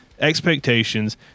expectations